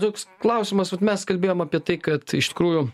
toks klausimas vat mes kalbėjom apie tai kad iš tikrųjų